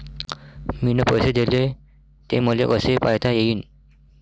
मिन पैसे देले, ते मले कसे पायता येईन?